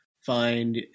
find